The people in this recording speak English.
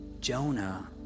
Jonah